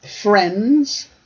friends